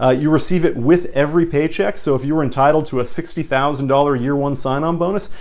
ah you receive it with every paycheck. so if you were entitled to a sixty thousand dollars a year-one sign on bonus,